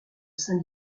saint